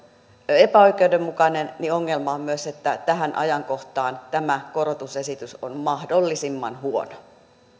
epäoikeudenmukainen niin ongelma on myös että tähän ajankohtaan tämä korotusesitys on mahdollisimman huono